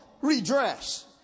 redress